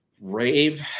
rave